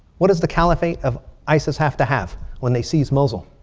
what does the caliphate of isis have to have when they seize mosul?